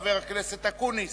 חבר הכנסת אקוניס,